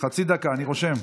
אני רושם.